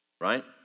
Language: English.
Right